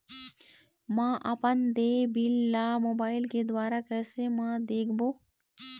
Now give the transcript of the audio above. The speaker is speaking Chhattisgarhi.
म अपन देय बिल ला मोबाइल के द्वारा कैसे म देखबो?